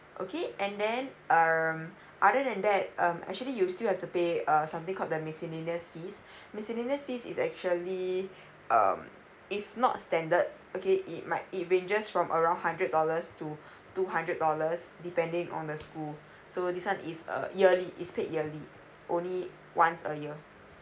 okay and then um other than that um actually you still have to pay a something called the miscellaneous fees miscellaneous fees is actually um it's not standard okay it might it ranges from around hundred dollars to two hundred dollars depending on the school so this one is a it is paid yearly only once a year